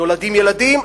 נולדים ילדים,